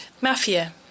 mafia